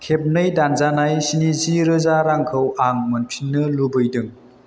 खेबनै दानजानाय स्निजि रोजा रांखौ आं मोनफिन्नो लुबैदों